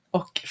och